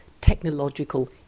technological